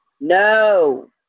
No